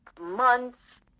months